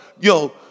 yo